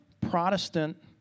Protestant